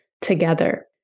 together